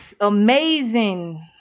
amazing